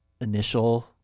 initial